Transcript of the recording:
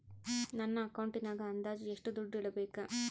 ನನ್ನ ಅಕೌಂಟಿನಾಗ ಅಂದಾಜು ಎಷ್ಟು ದುಡ್ಡು ಇಡಬೇಕಾ?